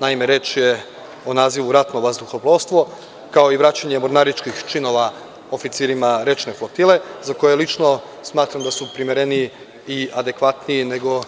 Naime, reč je o nazivu - ratno vazduhoplovstvo, kao i vraćanje mornaričkih činova oficirima rečne flotile za koju lično smatram da su primereniji i adekvatniji nego